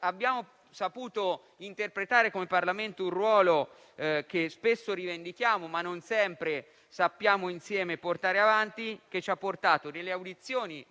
Abbiamo saputo interpretare, come Parlamento, quel ruolo che spesso rivendichiamo, ma che non sempre sappiamo portare avanti insieme. Nelle audizioni